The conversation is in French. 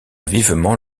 vivement